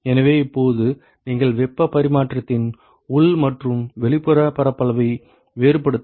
எனவே இப்போது நீங்கள் வெப்ப பரிமாற்றத்தின் உள் மற்றும் வெளிப்புற பரப்பளவை வேறுபடுத்த வேண்டும்